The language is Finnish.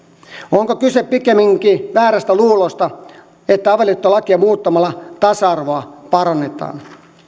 onko kyse pikemminkin väärästä luulosta että avioliittolakia muuttamalla tasa arvoa parannetaan